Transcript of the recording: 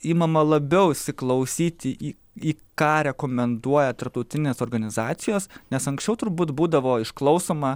imama labiau įsiklausyti į į ką rekomenduoja tarptautinės organizacijos nes anksčiau turbūt būdavo išklausoma